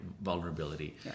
vulnerability